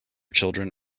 children